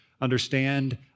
understand